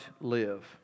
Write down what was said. live